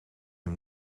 hem